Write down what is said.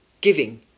giving